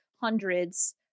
hundreds